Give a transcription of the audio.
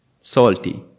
salty